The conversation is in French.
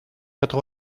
quatre